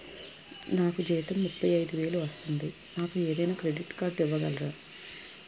నాకు జీతం ముప్పై ఐదు వేలు వస్తుంది నాకు ఏదైనా క్రెడిట్ కార్డ్ ఇవ్వగలరా?